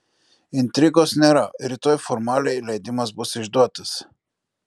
intrigos nėra rytoj formaliai leidimas bus išduotas